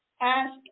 Ask